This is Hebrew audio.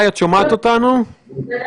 בנוהל,